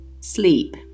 Sleep